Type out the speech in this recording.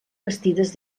vestides